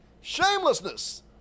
shamelessness